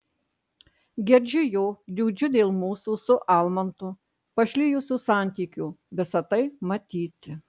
gedžiu jo liūdžiu dėl mūsų su almantu pašlijusių santykių visa tai matyti